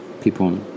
people